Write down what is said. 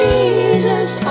Jesus